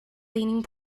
leaning